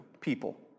people